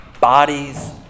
bodies